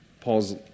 Paul's